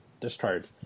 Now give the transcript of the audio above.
discard